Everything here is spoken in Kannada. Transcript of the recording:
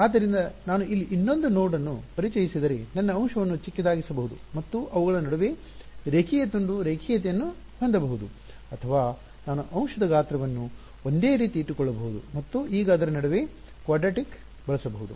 ಆದ್ದರಿಂದ ನಾನು ಇಲ್ಲಿ ಇನ್ನೊಂದು ನೋಡ್ ಅನ್ನು ಪರಿಚಯಿಸಿದರೆ ನನ್ನ ಅಂಶವನ್ನು ಚಿಕ್ಕದಾಗಿಸಬಹುದು ಮತ್ತು ಅವುಗಳ ನಡುವೆ ರೇಖೀಯ ತುಂಡು ರೇಖೀಯತೆಯನ್ನು ಹೊಂದಬಹುದು ಅಥವಾ ನಾನು ಅಂಶದ ಗಾತ್ರವನ್ನು ಒಂದೇ ರೀತಿ ಇಟ್ಟುಕೊಳ್ಳಬಹುದು ಮತ್ತು ಈಗ ಅದರ ನಡುವೆ ಚತುರ್ಭುಜವನ್ನುಕ್ವಾಡ್ರಾಟಿಕ್ ಬಳಸಬಹುದು